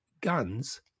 guns